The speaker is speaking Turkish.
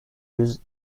yüz